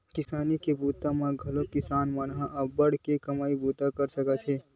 किसानी के बूता म घलोक किसान मन अब्बड़ के कमई कर सकत हे